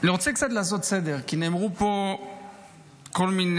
אני רוצה לעשות קצת סדר, כי נאמרו פה כל מיני